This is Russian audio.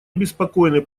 обеспокоены